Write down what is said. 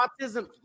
autism